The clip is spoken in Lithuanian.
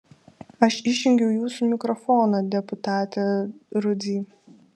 aš išjungiau jūsų mikrofoną deputate rudzy